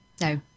No